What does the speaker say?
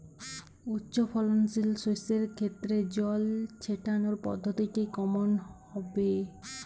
উচ্চফলনশীল শস্যের ক্ষেত্রে জল ছেটানোর পদ্ধতিটি কমন হবে?